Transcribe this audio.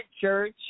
church